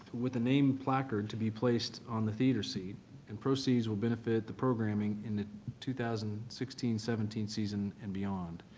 with a name placard to be placed on the theater seat and proceeds will benefit the programming in the two thousand and sixteen seventeen season and beyond.